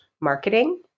marketing